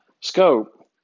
scope